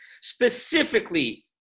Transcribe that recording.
specifically